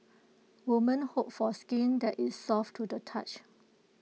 woman hope for skin that is soft to the touch